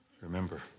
remember